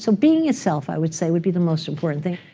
so being yourself, i would say, would be the most important thing.